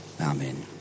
Amen